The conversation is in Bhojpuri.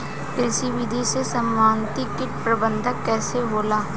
कृषि विधि से समन्वित कीट प्रबंधन कइसे होला?